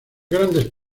grandes